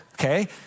okay